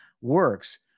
works